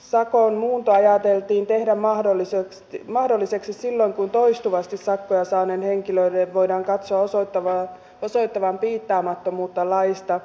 sakon muunto ajateltiin tehdä mahdolliseksi silloin kun toistuvasti sakkoja saaneen henkilön voidaan katsoa osoittavan piittaamattomuutta laista